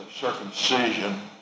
circumcision